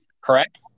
correct